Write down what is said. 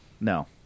No